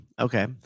Okay